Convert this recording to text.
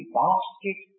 basket